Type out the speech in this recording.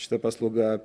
šita paslauga